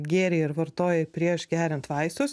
gėrei ir vartojai prieš geriant vaistus